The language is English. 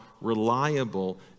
reliable